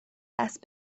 دست